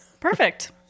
Perfect